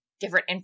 different